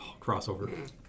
crossover